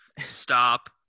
Stop